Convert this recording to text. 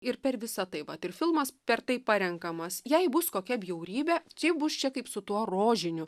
ir per visa tai vat ir filmas per tai parenkamas jei bus kokia bjaurybė tai bus čia kaip su tuo rožiniu